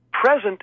present